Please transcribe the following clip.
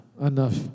enough